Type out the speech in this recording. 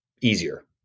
Easier